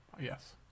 yes